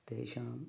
तेषाम्